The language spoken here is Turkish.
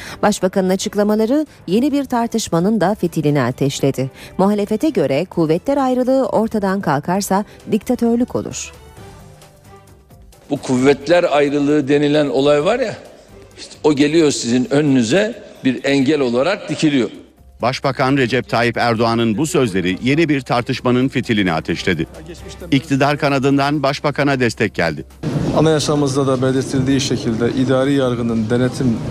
Başbakanın açıklamaları yeni bir tartışmanın da fitilini ateşledi. Muhalefete göre kuvvetler ayrılığı ortadan kalkarsa diktatörlük olur. Bu kuvvetler ayrılığı denilen olay var ya, işte o geliyor sizin önünüze, bir engel olarak dikiliyor. Başbakan Recep Tayyip Erdoğan'ın bu sözleri yeni bir tartışmanın fitilini ateşledi. İktidar kanadından başbakana destek geldi. Anayasamızda da belirtildiği şekilde idari yargının denetim